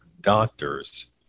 doctors